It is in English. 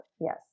Yes